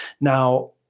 Now